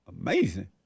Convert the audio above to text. Amazing